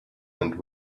and